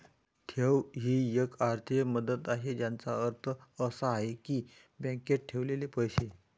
ठेव ही एक आर्थिक मुदत आहे ज्याचा अर्थ असा आहे की बँकेत ठेवलेले पैसे